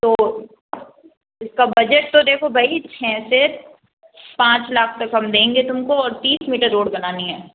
तो इस का बजट तो देखो भाई छः से पाँच लाख तक हम देंगे तुम को और तीस मीटर रोड बनानी है